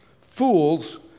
Fools